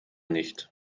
nicht